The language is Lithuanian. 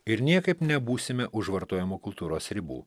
ir niekaip nebūsime už vartojimo kultūros ribų